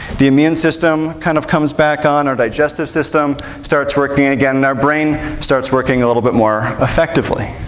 the immune system kind of comes back on, our digestive system starts working again, and our brain starts working a little bit more effectively.